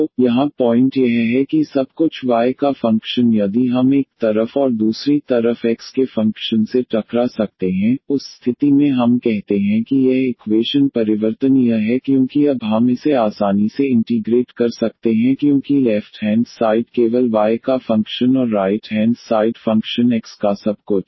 तो यहाँ पॉइंट यह है कि सब कुछ y का फ़ंक्शन यदि हम एक तरफ और दूसरी तरफ x के फंक्शन से टकरा सकते हैं उस स्थिति में हम कहते हैं कि यह इक्वेशन परिवर्तनीय है क्योंकि अब हम इसे आसानी से इंटीग्रेट कर सकते हैं क्योंकि लेफ्ट हैंड साइड केवल y का फंक्शन और right hand side function x का सब कुछ